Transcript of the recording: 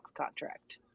contract